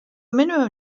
minimum